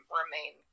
remain